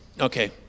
Okay